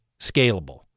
scalable